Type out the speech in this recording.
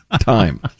time